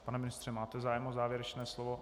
Pane ministře, máte zájem o závěrečné slovo?